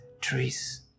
trees